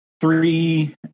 three